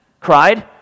cried